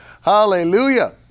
Hallelujah